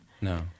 No